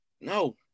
No